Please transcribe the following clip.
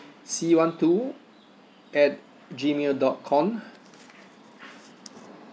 C one two at gmail dot com